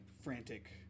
frantic